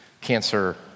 cancer